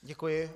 Děkuji.